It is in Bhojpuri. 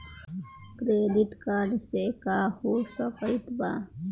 क्रेडिट कार्ड से का हो सकइत बा?